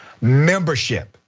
membership